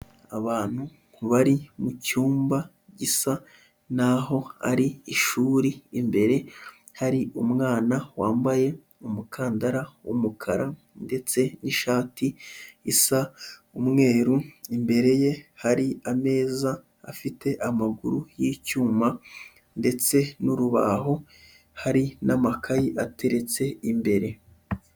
Abantu bari mu cyumba gisa naho ari ishuri, imbere hari umwana wambaye umukandara w'umukara ndetse n'ishati isa umweru, imbere ye hari ameza afite amaguru y'icyuma ndetse n'urubaho, hari n'amakayi ateretse imbere.